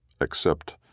Except